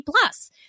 Plus